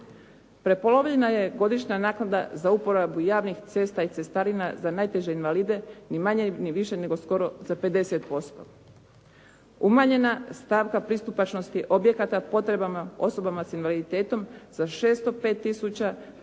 Prepolovljena je godišnja naknada za uporabu javnih cesta i cestarina za najteže invalide, ni manje ni više nego skoro za 50%. Umanjena stavka pristupačnosti objekata potrebama osobama s invaliditetom za 605 tisuća